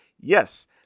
yes